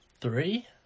Three